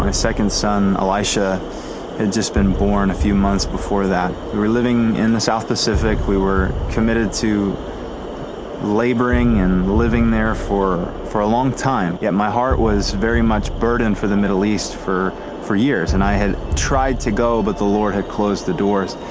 second son elisha had just been born a few months before that. we were living in the south pacific, we were committed to laboring and living there for for a long time, yet my heart was very much burdened for the middle east for for years. and i had tried to go, but the lord has closed the doors.